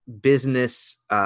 business